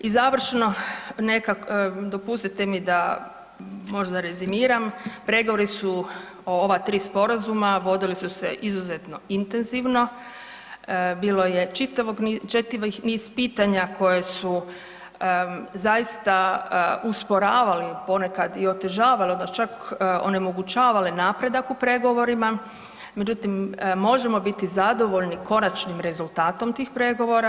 I završno, neka, dopustite mi da možda rezimiram, pregovori su o ova tri sporazuma, vodili su se izuzetno intenzivno, bilo je čitavi niz pitanja koji su zaista usporavali, ponekad i otežavali, odnosno čak onemogućavale napredak u pregovorima, međutim, možemo biti zadovoljni konačnim rezultatom tih pregovora.